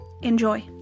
enjoy